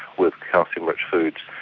with calcium rich foods,